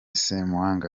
ssemwanga